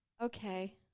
okay